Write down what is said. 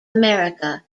america